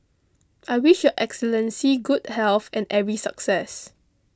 I wish Your Excellency good health and every success